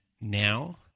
Now